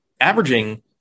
averaging